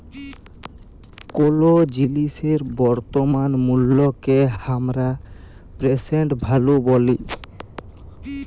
কোলো জিলিসের বর্তমান মুল্লকে হামরা প্রেসেন্ট ভ্যালু ব্যলি